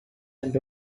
and